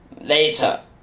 later